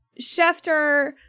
Schefter